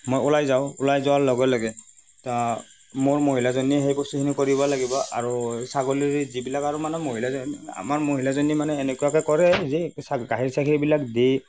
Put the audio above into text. মই ওলাই যাওঁ ওলাই যোৱাৰ লগে লগে মোৰ মহিলাজনীয়ে সেই বস্তুখিনি কৰিব লাগিব আৰু ছাগলীৰ যিবিলাক আৰু মানে মহিলাজনী আমাৰ মহিলাজনী মানে এনেকুৱাকে কৰে যি গাখীৰ চাখীৰ বিলাক দি